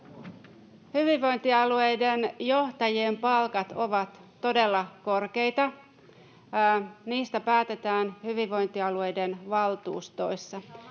Hyvinvointialueiden johtajien palkat ovat todella korkeita. Niistä päätetään hyvinvointialueiden valtuustoissa,